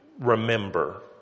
remember